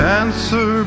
answer